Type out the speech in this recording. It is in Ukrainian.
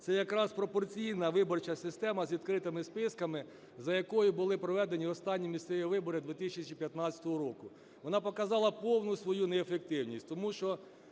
це якраз пропорційна виборча система з відкритими списками, за якою були проведені останні місцеві вибори 2015 року. Вона показала повну свою неефективність, тому що